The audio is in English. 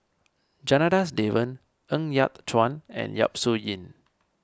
Janadas Devan Ng Yat Chuan and Yap Su Yin